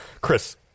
Chris